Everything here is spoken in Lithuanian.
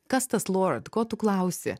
kas tas lord ko tu klausi